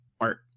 art